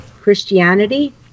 Christianity